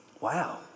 Wow